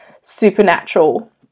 supernatural